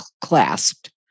clasped